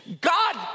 God